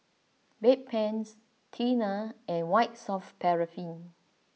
Bedpans Tena and White soft paraffin